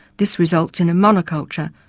this results in a monoculture,